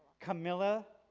camila,